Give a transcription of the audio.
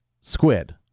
Squid